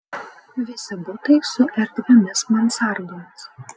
visi butai su erdviomis mansardomis